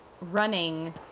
running